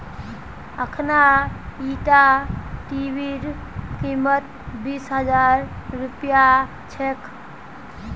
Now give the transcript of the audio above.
अखना ईटा टीवीर कीमत बीस हजार रुपया छेक